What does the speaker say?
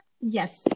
Yes